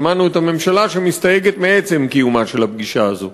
שמענו את הממשלה שמסתייגת מעצם קיומה של הפגישה הזאת.